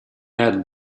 had